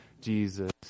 Jesus